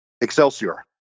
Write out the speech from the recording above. Excelsior